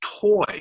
toy